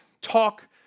talk